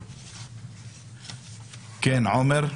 עומר,